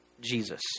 Jesus